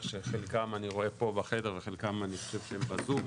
שאת חלקן אני רואה פה בחדר וחלקן אני חושב שהם בזום,